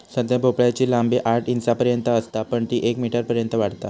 साध्या भोपळ्याची लांबी आठ इंचांपर्यंत असता पण ती येक मीटरपर्यंत वाढता